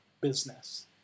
business